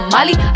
Molly